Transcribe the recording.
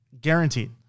guaranteed